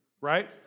right